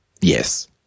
Yes